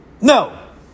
No